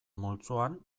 multzoan